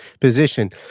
position